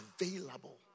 available